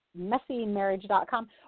messymarriage.com